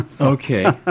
Okay